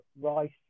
Rice